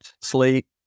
sleep